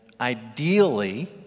ideally